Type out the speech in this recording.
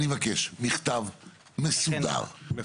אני מבקש מכתב מסודר,